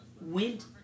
went